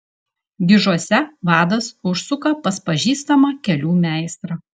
gižuose vadas užsuka pas pažįstamą kelių meistrą